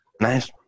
Nice